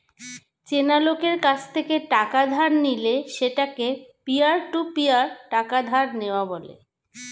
চেনা লোকের কাছ থেকে টাকা ধার নিলে সেটাকে পিয়ার টু পিয়ার টাকা ধার নেওয়া বলে